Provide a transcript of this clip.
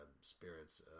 spirits